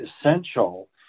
essential